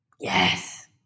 Yes